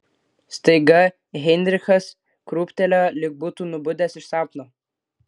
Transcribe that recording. staiga heinrichas krūptelėjo lyg būtų nubudęs iš sapno